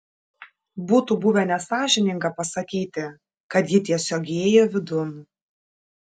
būtų buvę nesąžininga pasakyti kad ji tiesiog įėjo vidun